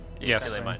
Yes